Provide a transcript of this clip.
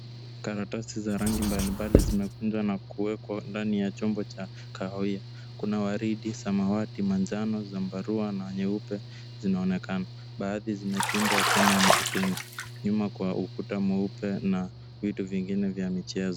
Karatasi za rangi mbalimbali zimekunjwa na kuwekwa ndani ya chombo cha kahawiya. Kuna waridi, samawati, manjano, zambarua na nyeupe, zinaonekana. Baadhi zimepindwa kama mitungi, nyuma kwa ukuta mweupe, na vitu vingine vya michezo.